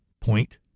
Point